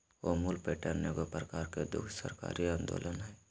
Amul pattern एगो प्रकार के दुग्ध सहकारी आन्दोलन हइ